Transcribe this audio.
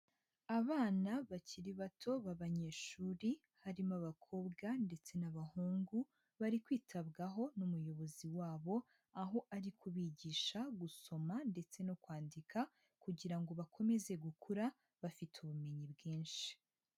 Abana bakiri bato b'abanyeshuri, harimo abakobwa ndetse n'abahungu, bari kwitabwaho n'umuyobozi wabo, aho ari kubigisha gusoma ndetse no kwandika, kugira ngo bakomeze gukura bafite ubumenyi bwinshi.